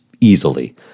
easily